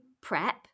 prep